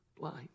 Blind